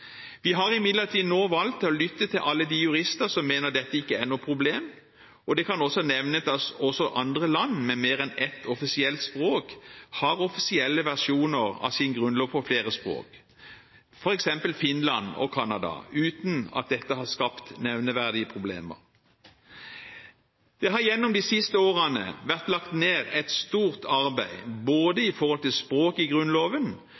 Vi har imidlertid nå valgt å lytte til alle de jurister som mener dette ikke er noe problem. Det kan nevnes at også andre land med mer enn ett offisielt språk har offisielle versjoner av sin grunnlov på flere språk, f.eks. Finland og Canada, uten at dette har skapt nevneverdige problemer. Det har gjennom de siste årene vært lagt ned et stort arbeid med både språket i Grunnloven